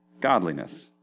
godliness